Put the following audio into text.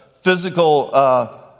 physical